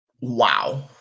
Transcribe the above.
wow